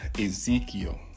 Ezekiel